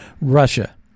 Russia